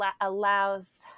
allows